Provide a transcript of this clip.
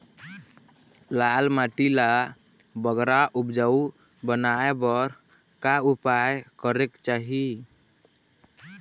लाल माटी ला बगरा उपजाऊ बनाए बर का उपाय करेक चाही?